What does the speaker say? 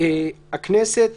הכנסת